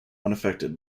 unaffected